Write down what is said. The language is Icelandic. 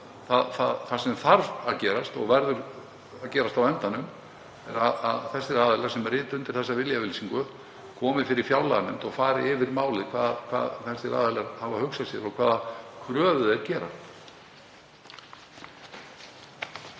það sem þarf að gerast og verður að gerast á endanum er að þeir aðilar sem rita undir þessa viljayfirlýsingu komi fyrir fjárlaganefnd og fari yfir málið hvað þessir aðilar hafa hugsa sér og hvaða kröfur eigi að